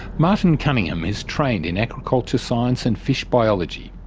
martin cunningham is trained in aquaculture science and fish biology.